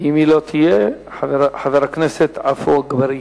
אם היא לא תהיה, חבר הכנסת עפו אגבאריה.